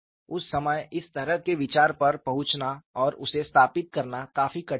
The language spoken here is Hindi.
उस समय इस तरह के विचार पर पहुंचना और उसे स्थापित करना काफी कठिन था